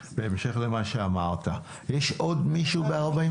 עוד מישהו רוצה לדבר בקצרה?